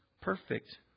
perfect